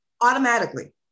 automatically